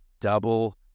double